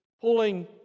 pulling